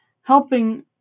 helping